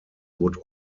would